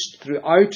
throughout